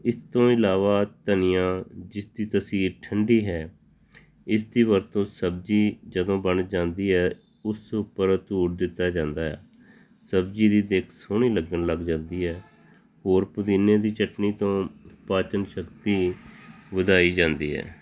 ਇਸ ਤੋਂ ਇਲਾਵਾ ਧਨੀਆ ਜਿਸ ਦੀ ਤਸੀਰ ਠੰਡੀ ਹੈ ਇਸ ਦੀ ਵਰਤੋਂ ਸਬਜ਼ੀ ਜਦੋਂ ਬਣ ਜਾਂਦੀ ਹੈ ਉਸ ਉੱਪਰ ਉਹ ਧੂੜ ਦਿੱਤਾ ਜਾਂਦਾ ਸਬਜ਼ੀ ਦੀ ਦਿਖ ਸੋਹਣੀ ਲੱਗਣ ਲੱਗ ਜਾਂਦੀ ਹੈ ਹੋਰ ਪੁਦੀਨੇ ਦੀ ਚਟਨੀ ਤੋਂ ਪਾਚਨ ਸ਼ਕਤੀ ਵਧਾਈ ਜਾਂਦੀ ਹੈ